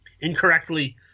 incorrectly